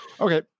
Okay